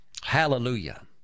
Hallelujah